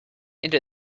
into